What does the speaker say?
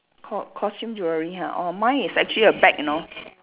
co~ costume jewellery ha orh mine is actually a bag you know